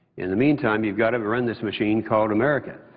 in the meantime you've got to run this machine called america.